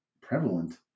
prevalent